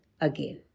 again